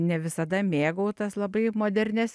ne visada mėgau tas labai modernias